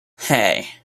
hey